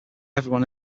everyone